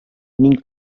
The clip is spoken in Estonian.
ning